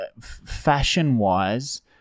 fashion-wise